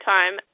Time